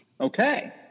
Okay